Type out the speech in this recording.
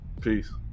Peace